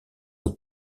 aux